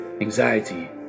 anxiety